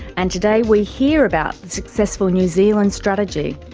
and today we hear about the successful new zealand strategy,